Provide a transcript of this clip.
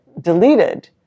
deleted